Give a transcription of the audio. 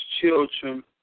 children